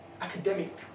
academic